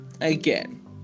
again